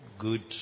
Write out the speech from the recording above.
Good